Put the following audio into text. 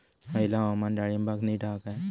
हयला हवामान डाळींबाक नीट हा काय?